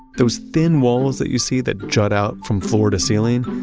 those thin walls that you see that jut out from floor to ceiling,